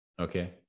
Okay